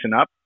up